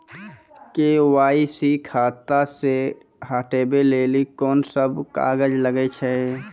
KYC खाता से हटाबै लेली कोंन सब कागज लगे छै?